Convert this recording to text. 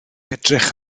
edrych